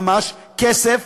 ממש כסף